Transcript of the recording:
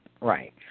Right